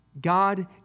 God